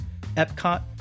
Epcot